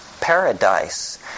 paradise